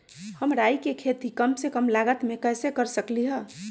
हम राई के खेती कम से कम लागत में कैसे कर सकली ह?